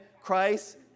Christ